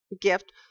gift